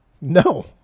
No